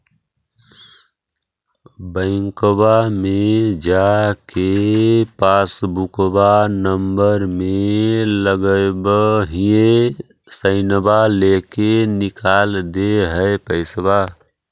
बैंकवा मे जा के पासबुकवा नम्बर मे लगवहिऐ सैनवा लेके निकाल दे है पैसवा?